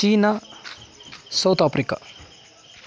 China South Africa